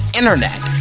internet